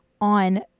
on